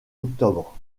octobre